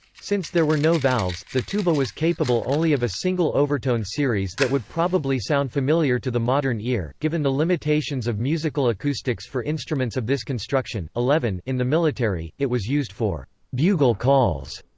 since there were no valves, the tuba was capable only of a single overtone series that would probably sound familiar to the modern ear, given the limitations of musical acoustics for instruments of this construction. eleven in the military, it was used for bugle calls.